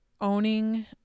Owning